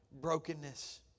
brokenness